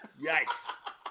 yikes